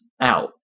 out